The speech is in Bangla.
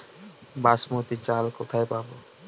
বাসমতী চাল কোথায় পাবো?